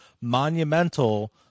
monumental